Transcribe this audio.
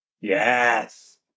Yes